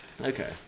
Okay